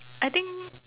I think